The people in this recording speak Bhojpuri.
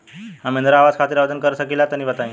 हम इंद्रा आवास खातिर आवेदन कर सकिला तनि बताई?